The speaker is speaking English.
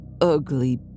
ugly